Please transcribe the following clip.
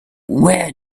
where